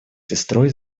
сестрой